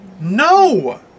no